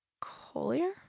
Collier